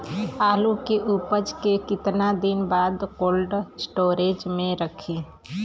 आलू के उपज के कितना दिन बाद कोल्ड स्टोरेज मे रखी?